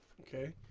Okay